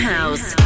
House